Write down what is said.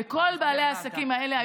וכל בעלי העסקים האלה,